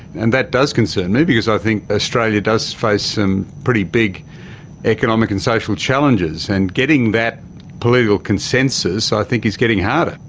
and that does concern me because i think australia does face some pretty big economic and social challenges. and getting that political consensus i think is getting harder.